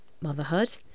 motherhood